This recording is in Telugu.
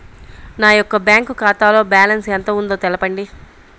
నా యొక్క బ్యాంక్ ఖాతాలో బ్యాలెన్స్ ఎంత ఉందో తెలపండి?